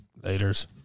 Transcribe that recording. laters